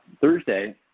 Thursday